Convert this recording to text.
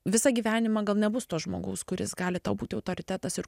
visą gyvenimą gal nebus to žmogaus kuris gali tau būti autoritetas ir